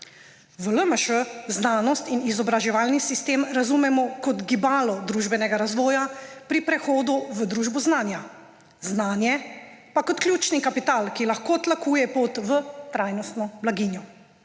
V LMŠ znanost in izobraževalni sistem razumemo kot gibalo družbenega razvoja pri prehodu v družbo znanja, znanje pa kot ključni kapital, ki lahko tlakuje pot v trajnostno blaginjo.